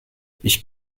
ich